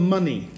money